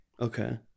okay